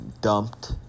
dumped